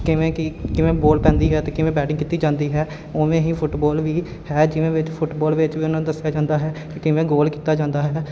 ਕਿਵੇਂ ਕੀ ਕਿਵੇਂ ਬੋਲ ਪੈਂਦੀ ਹੈ ਅਤੇ ਕਿਵੇਂ ਬੈਟਿੰਗ ਕੀਤੀ ਜਾਂਦੀ ਹੈ ਉਵੇਂ ਹੀ ਫੁੱਟਬੋਲ ਵੀ ਹੈ ਜਿਵੇਂ ਵਿੱਚ ਫੁੱਟਬੋਲ ਵਿੱਚ ਵੀ ਉਹਨਾਂ ਨੂੰ ਦੱਸਿਆ ਜਾਂਦਾ ਹੈ ਕਿ ਕਿਵੇਂ ਗੋਲ ਕੀਤਾ ਜਾਂਦਾ ਹੈ